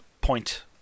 point